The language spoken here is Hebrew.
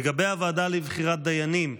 לגבי הוועדה לבחירת דיינים,